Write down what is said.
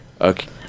okay